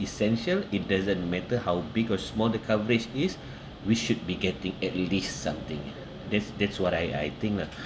essential it doesn't matter how big or small the coverage is we should be getting at least something ah that's that's what I I think lah